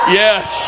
yes